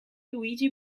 luigi